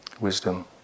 wisdom